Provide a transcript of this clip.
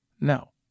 no